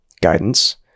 guidance